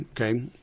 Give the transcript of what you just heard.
okay